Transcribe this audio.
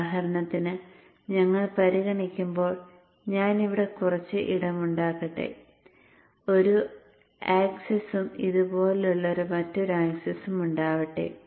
ഉദാഹരണത്തിന് ഞങ്ങൾ പരിഗണിക്കുമ്പോൾ ഞാൻ ഇവിടെ കുറച്ച് ഇടം ഉണ്ടാക്കട്ടെ ഒരു ആക്സിസും ഇതുപോലെയുള്ള മറ്റൊരു ആക്സിസും ഉണ്ടാവട്ടെ